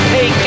Hey